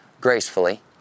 gracefully